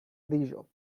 leisure